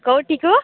କୋଉଠିକୁ